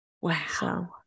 Wow